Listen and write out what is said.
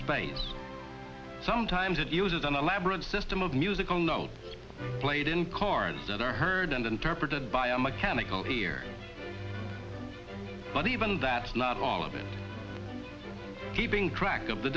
space sometimes it uses an elaborate system of musical notes played in cards that are heard and interpreted by a mechanical here but even that is not all of it keeping track of the